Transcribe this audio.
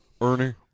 Ernie